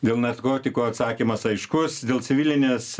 dėl narkotikų atsakymas aiškus dėl civilinės